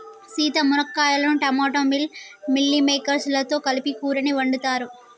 సీత మునక్కాయలను టమోటా మిల్ మిల్లిమేకేర్స్ లతో కలిపి కూరని వండుతారు